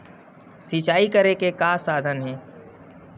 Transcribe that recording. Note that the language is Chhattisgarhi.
सिंचाई करे के का साधन हे?